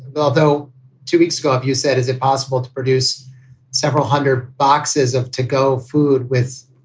but although two weeks ago you said, is it possible to produce several hundred boxes of to go food with